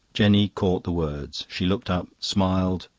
jenny caught the words. she looked up, smiled,